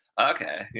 Okay